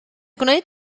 gwneud